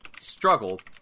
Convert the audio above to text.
struggled